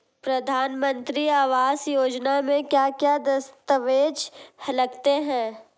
प्रधानमंत्री आवास योजना में क्या क्या दस्तावेज लगते हैं?